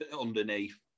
underneath